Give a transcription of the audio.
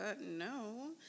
no